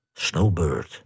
Snowbird